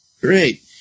Great